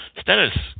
Status